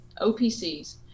OPCs